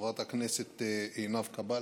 חברת הכנסת עינב קאבַלה.